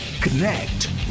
connect